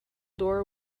door